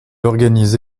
organise